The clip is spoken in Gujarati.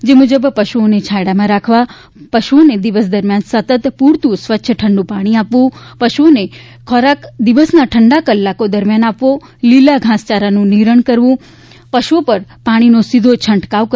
જે મુજબ પશુઓને છાંયડામાં રાખવા પશુઓને દિવસ દરમિયાન સતત પુરતું સ્વચ્છ ઠંડુ પાણી આપવું પશુઓને ખોરાક દિવસના ઠંડા કલાકો દરમિયાન આપવો લીલા ઘાસચારાનું નિરણ કરવું પશુઓ પર પાણીનો સીધો છંટકાવ કરવો